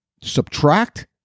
subtract